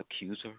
accuser